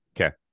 okay